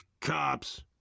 cops